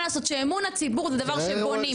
מה לעשות שאמון הציבור הוא דבר שבונים,